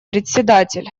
председатель